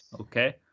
okay